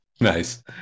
Nice